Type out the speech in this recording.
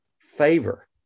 favor